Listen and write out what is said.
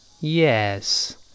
Yes